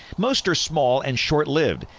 most are small and short-lived,